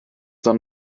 dann